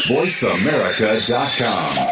VoiceAmerica.com